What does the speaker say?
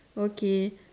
okay